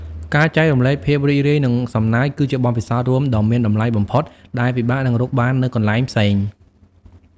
ការចែករំលែកភាពរីករាយនិងសំណើចគឺជាបទពិសោធន៍រួមដ៏មានតម្លៃបំផុតដែលពិបាកនឹងរកបាននៅកន្លែងផ្សេង។